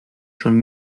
schon